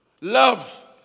Love